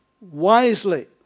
wisely